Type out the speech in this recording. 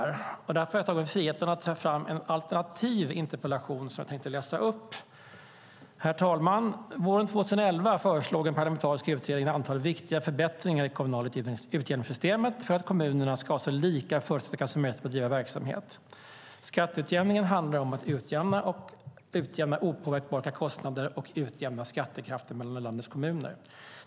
Jag har därför tagit mig friheten att ta fram en alternativ interpellation som jag tänkte läsa upp. Herr talman! Våren 2011 föreslog en parlamentarisk utredning ett antal viktiga förbättringar i det kommunala utjämningssystemet för att kommunerna ska ha så lika förutsättningar som möjligt att bedriva verksamhet. Skatteutjämningen handlar om att utjämna opåverkbara kostnader och utjämna skattekraften mellan landets kommuner.